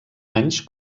anys